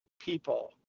people